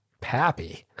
Pappy